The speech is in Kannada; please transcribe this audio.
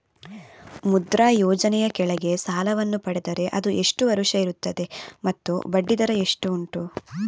ಮುದ್ರಾ ಯೋಜನೆ ಯ ಕೆಳಗೆ ಸಾಲ ವನ್ನು ಪಡೆದರೆ ಅದು ಎಷ್ಟು ವರುಷ ಇರುತ್ತದೆ ಮತ್ತು ಬಡ್ಡಿ ದರ ಎಷ್ಟು ಉಂಟು?